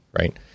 right